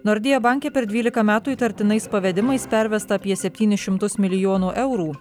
nordea banke per dvylika metų įtartinais pavedimais pervesta apie septynis šimtus milijonų eurų